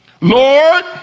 lord